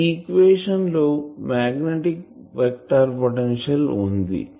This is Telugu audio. ఈ ఈక్వేషన్ లో మాగ్నెటిక్ వెక్టార్ పొటెన్షియల్ వుంది